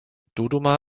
dodoma